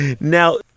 Now